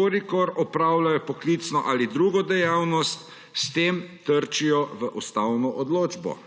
če opravljajo poklicno ali drugo dejavnost, s tem trčijo v ustavno odločbo.